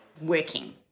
working